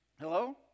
Hello